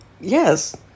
Yes